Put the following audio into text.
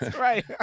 right